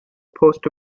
post